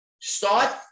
start